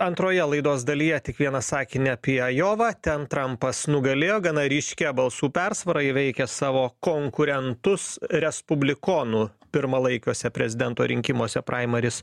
antroje laidos dalyje tik vieną sakinį apie ajovą ten trampas nugalėjo gana ryškia balsų persvara įveikęs savo konkurentus respublikonų pirmalaikiuose prezidento rinkimuose praimaris